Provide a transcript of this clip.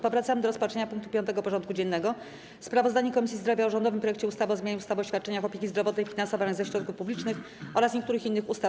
Powracamy do rozpatrzenia punktu 5. porządku dziennego: Sprawozdanie Komisji Zdrowia o rządowym projekcie ustawy o zmianie ustawy o świadczeniach opieki zdrowotnej finansowanych ze środków publicznych oraz niektórych innych ustaw.